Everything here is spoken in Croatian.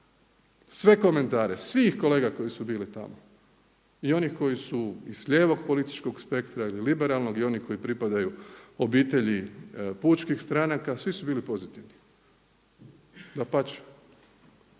Sve komentare, svih kolega koji su bili tamo i oni koji su iz lijevog političkog spektra ili liberalnog i oni koji pripadaju obitelji pučkih stranaka, svi su bili pozitivni. Dapače,